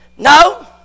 No